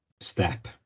step